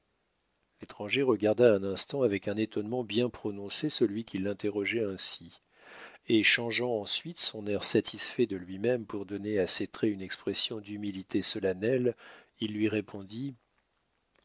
l'étranger regarda un instant avec un étonnement bien prononcé celui qui l'interrogeait ainsi et changeant ensuite son air satisfait de lui-même pour donner à ses traits une expression d'humilité solennelle il lui répondit